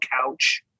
couch